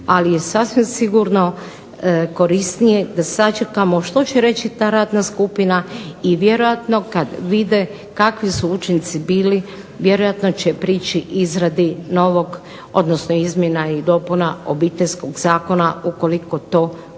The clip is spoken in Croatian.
ali je sasvim sigurno korisnije da sačekamo što će reći ta radna skupina i vjerojatno kad vide kakvi su učinci bili, vjerojatno će prići izradi novog odnosno izmjena i dopuna Obiteljskog zakona ukoliko to bude